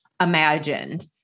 imagined